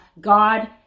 God